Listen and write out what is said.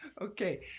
Okay